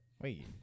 Wait